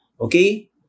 Okay